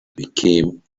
became